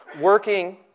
Working